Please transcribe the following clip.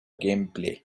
gameplay